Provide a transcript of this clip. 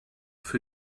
für